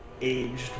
aged